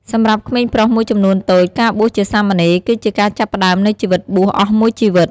សម្រាប់ក្មេងប្រុសមួយចំនួនតូច ការបួសជាសាមណេរ គឺជាការចាប់ផ្ដើមនៃជីវិតបួសអស់មួយជីវិត។